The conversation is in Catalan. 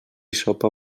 sopa